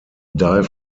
dive